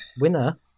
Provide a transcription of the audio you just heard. winner